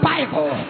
Bible